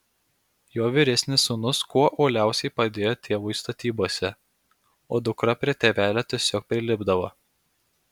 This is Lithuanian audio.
jo vyresnis sūnus kuo uoliausiai padėjo tėvui statybose o dukra prie tėvelio tiesiog prilipdavo